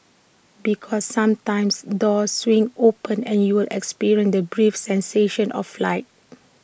because sometimes doors swing open and you'll experience the brief sensation of flight